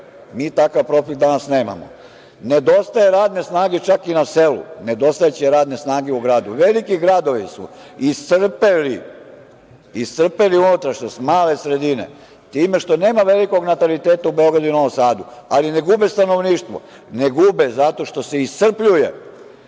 takav profil danas nemamo. Nedostaje radne snage čak i na selu. Nedostajaće radne snage u gradu. Veliki gradovi su iscrpeli unutrašnjost, male sredine, time što nema velikog nataliteta u Beogradu i Novom Sadu, ali ne gube stanovništvo, ne gube zato što se iscrpljuje